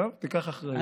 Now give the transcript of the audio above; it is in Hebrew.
טוב, תיקח אחריות.